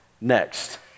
Next